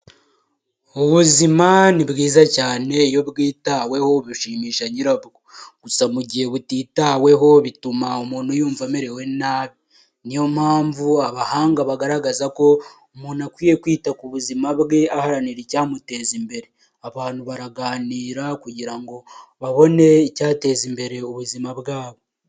Ubuzima ni bwiza cyane iyo bwitaweho bishimisha nyirabwo, gusa mu gihe butitaweho bituma umuntu yumva amerewe nabi, niyo mpamvu abahanga bagaragaza ko umuntu akwiye kwita ku buzima bwe aharanira icyamuteza imbere, abantu baraganira kugira ngo babone icyateza imbere ubuzima bwabo.